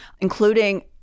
including